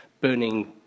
burning